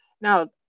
Now